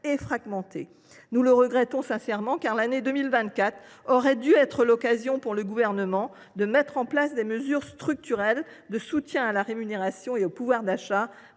et fragmentées. Nous le regrettons profondément, car l’année 2024 aurait dû être l’occasion pour le Gouvernement de mettre en place des mesures structurelles de soutien à la rémunération et au pouvoir d’achat.